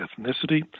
ethnicity